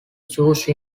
chose